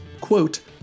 quote